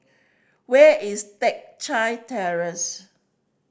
where is Teck Chye Terrace